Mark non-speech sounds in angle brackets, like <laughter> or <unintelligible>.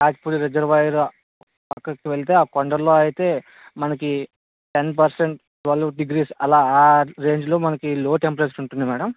<unintelligible> full reservoir అక్కడకు వెళ్తే ఆ కొండల్లో అయితే మనకి టెన్ పర్సెంట్ ట్వెల్వ్ డిగ్రీస్ అలా ఆ రేంజ్లో మనకి లో టెంపరేచర్ ఉంటుంది మ్యాడమ్